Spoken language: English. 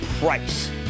price